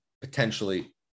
potentially